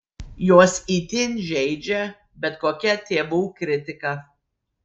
juos itin žeidžia bet kokia tėvų kritika